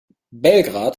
belgrad